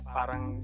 parang